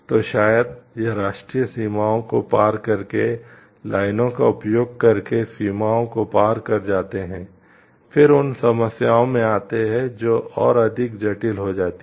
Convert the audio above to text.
तो शायद यह राष्ट्रीय सीमाओं को पार करके लाइनों का उपयोग करके सीमाओं को पार कर जाता है फिर उन समस्याओं में आते हैं जो और अधिक जटिल हो जाती हैं